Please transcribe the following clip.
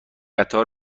قطار